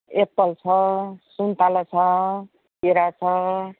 Apple छ सुन्तला छ केरा छ